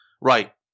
Right